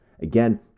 Again